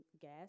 gas